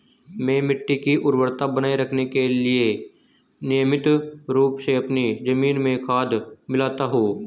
मैं मिट्टी की उर्वरता बनाए रखने के लिए नियमित रूप से अपनी जमीन में खाद मिलाता हूं